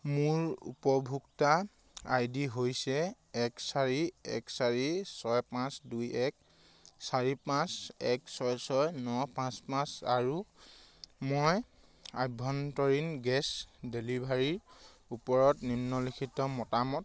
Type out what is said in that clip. মোৰ উপভোক্তা I D হৈছে এক চাৰি এক চাৰি ছয় পাঁচ দুই এক চাৰি পাঁচ এক ছয় ছয় ন পাঁচ পাঁচ আৰু মই আভ্যন্তৰীণ গেছ ডেলিভাৰীৰ ওপৰত নিম্নলিখিত মতামত